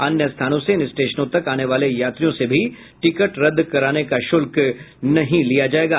अन्य स्थानों से इन स्टेशनों तक आने वाले यात्रियों से भी टिकट रद्द कराने का शुल्क नहीं लिया जायेगा